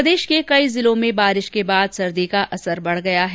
प्रदेश के कई जिलों में बारिश के बाद सर्दी का असर बढ़ गया है